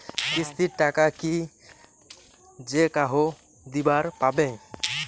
কিস্তির টাকা কি যেকাহো দিবার পাবে?